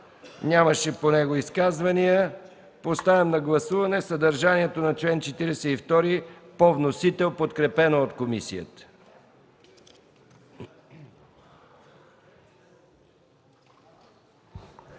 нямаше изказвания. Поставям на гласуване съдържанието на чл. 42 по вносител, подкрепено от комисията,